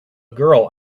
girl